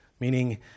meaning